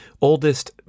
oldest